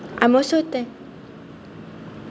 I'm also